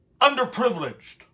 underprivileged